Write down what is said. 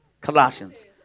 Colossians